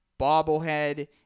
bobblehead